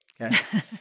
Okay